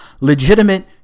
legitimate